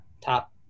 top